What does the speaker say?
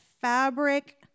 fabric